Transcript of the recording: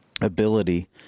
ability